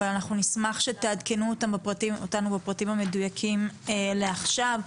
נשמח שתעדכנו אותנו בפרטים המדויקים לעכשיו,